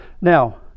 Now